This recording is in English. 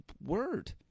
word